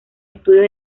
estudios